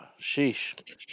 Sheesh